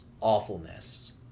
awfulness